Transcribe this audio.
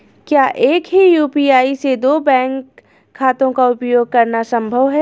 क्या एक ही यू.पी.आई से दो बैंक खातों का उपयोग करना संभव है?